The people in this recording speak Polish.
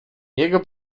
jego